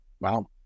Wow